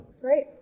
Great